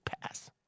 pass